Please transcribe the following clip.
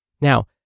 Now